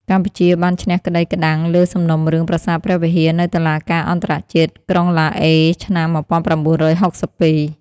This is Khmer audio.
កម្ពុជាបានឈ្នះក្តីក្តាំងលើសំណុំរឿងប្រាសាទព្រះវិហារនៅតុលាការអន្តរជាតិក្រុងឡាអេឆ្នាំ ១៩៦២។